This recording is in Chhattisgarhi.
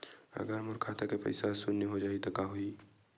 अगर मोर खाता के पईसा ह शून्य हो जाही त का होही?